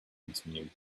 continued